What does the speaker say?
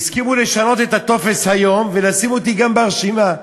הסכימו לשנות את הטופס היום ולשים גם אותי ברשימה,